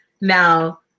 Now